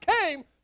came